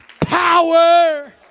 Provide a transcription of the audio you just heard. power